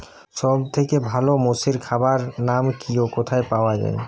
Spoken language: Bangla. সব থেকে ভালো মোষের খাবার নাম কি ও কোথায় পাওয়া যায়?